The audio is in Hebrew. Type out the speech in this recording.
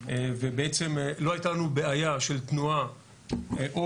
ובעצם לא הייתה לנו בעיה של תנועה או